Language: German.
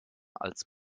als